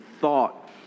thought